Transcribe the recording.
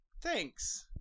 Thanks